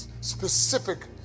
specific